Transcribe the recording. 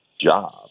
job